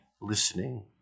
listening